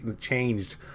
changed